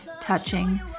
touching